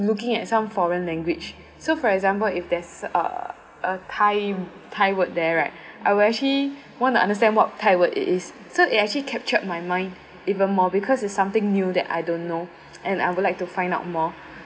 looking at some foreign language so for example if there's a a thai thai word there right I will actually want to understand what thai word it is so it actually captured my mind even more because it's something new that I don't know and I would like to find out more